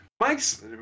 Mike's